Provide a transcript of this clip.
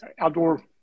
outdoor